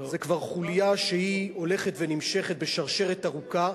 זה כבר חוליה שהיא הולכת ונמשכת בשרשרת ארוכה,